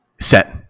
set